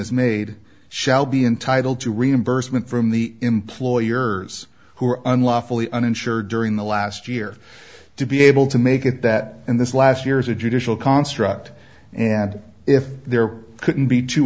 is made shall be entitled to reimbursement from the employers who are unlawfully uninsured during the last year to be able to make it that in this last year is a judicial construct and if there couldn't be